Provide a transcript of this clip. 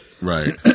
Right